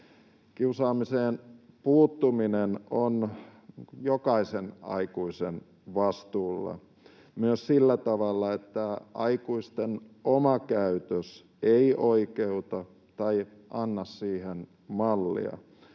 Kiusaamiseen puuttuminen on jokaisen aikuisen vastuulla — myös sillä tavalla, että aikuisten oma käytös ei oikeuta tai anna siihen mallia.